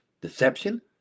deception